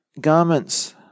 garments